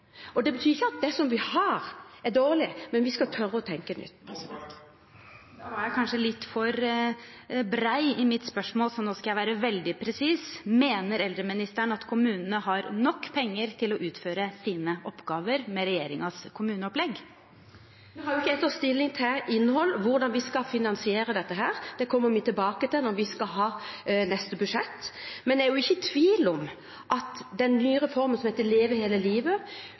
nytt. Det betyr ikke at det vi har, er dårlig, men vi skal tørre å tenke nytt. Jeg gikk kanskje litt for bredt ut i mitt spørsmål, så nå skal jeg være veldig presis: Mener eldreministeren at kommunene med regjeringens kommuneopplegg har nok penger til å utføre sine oppgaver? Nå har ikke jeg tatt stilling til innhold eller hvordan vi skal finansiere dette. Det kommer vi tilbake til i neste budsjett. Men det er ikke tvil om at den nye reformen, som heter «Leve hele livet»,